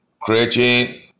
creating